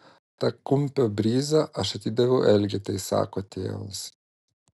tą kumpio bryzą aš atidaviau elgetai sako tėvas